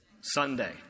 Sunday